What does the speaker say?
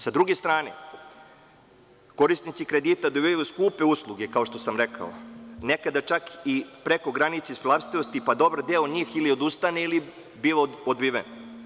Sa druge strane korisnici kredita dobijaju skupe usluge, kao što sam rekao, nekada čak i preko granice isplativosti, pa dobar deo njih ili odustane ili bude odbijen.